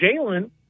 Jalen